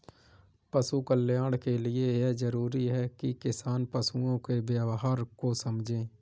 पशु कल्याण के लिए यह जरूरी है कि किसान पशुओं के व्यवहार को समझे